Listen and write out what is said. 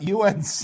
UNC